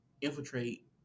infiltrate